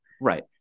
right